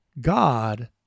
God